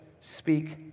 speak